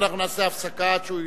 אנחנו נעשה הפסקה עד שהוא יסיים.